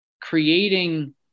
creating